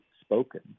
spoken